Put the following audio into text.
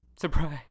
Surprise